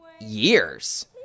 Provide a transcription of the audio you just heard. years